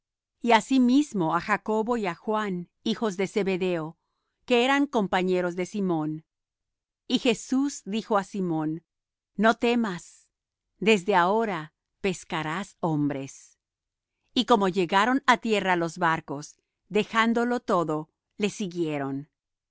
y asimismo á jacobo y á juan hijos de zebedeo que eran compañeros de simón y jesús dijo á simón no temas desde ahora pescarás hombres y como llegaron á tierra los barcos dejándolo todo le siguieron